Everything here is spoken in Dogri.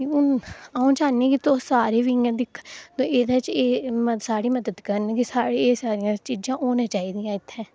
अं'ऊ चाह्न्नी कि तुस सारे बी इं'या दिक्खी ते एह्दे च एह् साढ़ी मदद करन कि एह् सारियां चीज़ां होनियां चाही दियां इत्थें